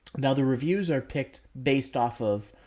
now the reviews are picked based off of,